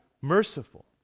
merciful